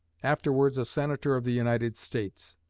afterwards a senator of the united states.